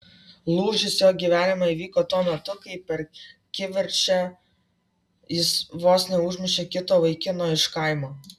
lūžis jo gyvenime įvyko tuo metu kai per kivirčą jis vos neužmušė kito vaikino iš kaimo